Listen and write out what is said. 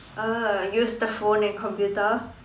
uh use the phone and computer